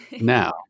now